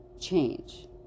change